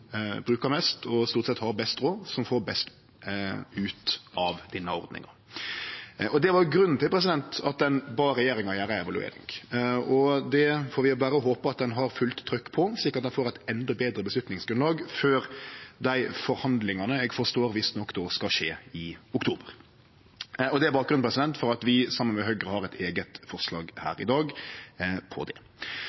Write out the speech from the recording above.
best ut av denne ordninga. Det var grunnen til at ein bad regjeringa gjere ei evaluering. Det får vi berre håpe ein har fullt trykk på, slik at ein får eit endå betre avgjerdsgrunnlag før dei forhandlingane eg forstår visstnok då skal skje i oktober. Det er bakgrunnen for at vi, saman med Høgre, har eit eige forslag